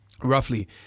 roughly